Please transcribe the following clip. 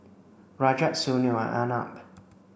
Rajat Sunil and Arnab